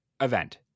event